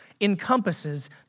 encompasses